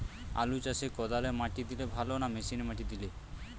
আলু চাষে কদালে মাটি দিলে ভালো না মেশিনে মাটি দিলে?